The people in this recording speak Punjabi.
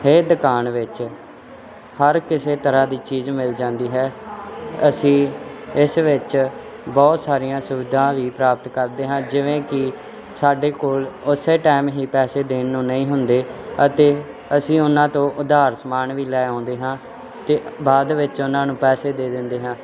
ਇਹ ਦੁਕਾਨ ਵਿੱਚ ਹਰ ਕਿਸੇ ਤਰ੍ਹਾਂ ਦੀ ਚੀਜ਼ ਮਿਲ ਜਾਂਦੀ ਹੈ ਅਸੀਂ ਇਸ ਵਿੱਚ ਬਹੁਤ ਸਾਰੀਆਂ ਸੁਵਿਧਾ ਵੀ ਪ੍ਰਾਪਤ ਕਰਦੇ ਹਾਂ ਜਿਵੇਂ ਕਿ ਸਾਡੇ ਕੋਲ ਉਸੇ ਟਾਈਮ ਹੀ ਪੈਸੇ ਦੇਣ ਨੂੰ ਨਹੀਂ ਹੁੰਦੇ ਅਤੇ ਅਸੀਂ ਉਹਨਾਂ ਤੋਂ ਉਧਾਰ ਸਮਾਨ ਵੀ ਲੈ ਆਉਂਦੇ ਹਾਂ ਅਤੇ ਬਾਅਦ ਵਿੱਚ ਉਹਨਾਂ ਨੂੰ ਪੈਸੇ ਦੇ ਦਿੰਦੇ ਹਾਂ